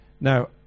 Now